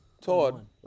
Todd